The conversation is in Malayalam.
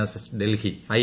S Delhi I